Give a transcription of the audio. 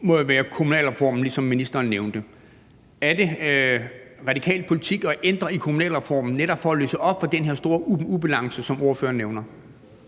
må jo handle om kommunalreformen, som ministeren nævnte. Er det radikal politik at ændre i kommunalreformen netop for at løsne op i forhold til den her store ubalance, som ordføreren nævner?